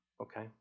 Okay